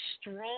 strong